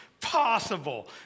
Possible